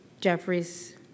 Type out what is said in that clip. Jeffries